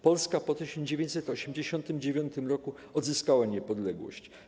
Polska po 1989 roku odzyskała Niepodległość.